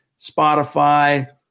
Spotify